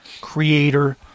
creator